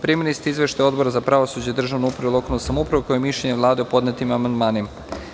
Primili ste izveštaj Odbora za pravosuđe, državnu upravu i lokalnu samoupravu kao i mišljenje Vlade o podnetim amandmanima.